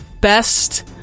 best